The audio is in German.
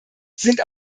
sind